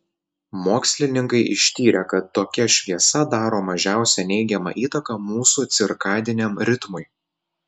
mokslininkai ištyrė kad tokia šviesa daro mažiausią neigiamą įtaką mūsų cirkadiniam ritmui